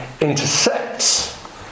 intersects